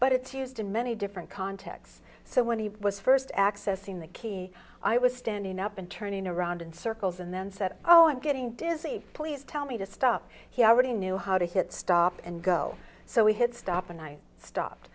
but it's used in many different contexts so when he was first accessing the key i was standing up and turning around in circles and then said oh i'm getting dizzy please tell me to stop he already knew how to hit stop and go so we had stop and i stopped